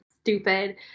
stupid